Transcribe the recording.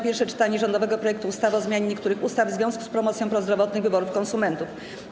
Pierwsze czytanie rządowego projektu ustawy o zmianie niektórych ustaw w związku z promocją prozdrowotnych wyborów konsumentów.